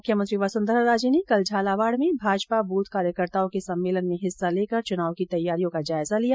मुख्यमंत्री वसुंधरा राजे ने कल झालावाड़ में भाजपा ब्रथ कार्यकर्ताओं के सम्मेलन में हिस्सा लेकर चुनाव की तैयारियों का जायजा लिया